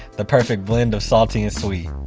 the perfect blend of salty and sweet.